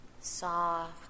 Soft